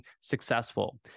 successful